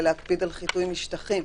ולהקפיד על חיטוי משטחים.